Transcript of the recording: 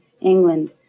England